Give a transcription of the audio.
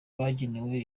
bagenewe